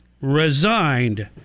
resigned